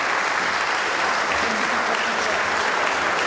Hvala